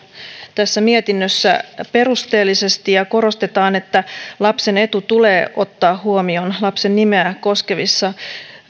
tässä mietinnössä perusteellisesti ja korostetaan että lapsen etu tulee ottaa huomioon lapsen nimeä koskevassa